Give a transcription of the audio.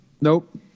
Nope